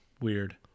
weird